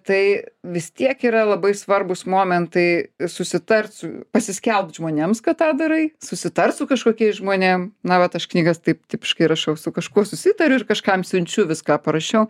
tai vis tiek yra labai svarbūs momentai susitart su pasiskelbt žmonėms kad tą darai susitars su kažkokiais žmonėm na vat aš knygas taip tipiškai rašau su kažkuo susitariu ir kažkam siunčiu vis ką parašiau